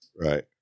Right